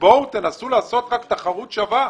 ואומרים בואו תנסו לעשות תחרות שווה.